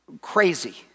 crazy